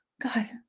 God